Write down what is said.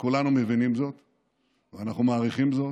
וכולנו מבינים זה ומעריכים זאת.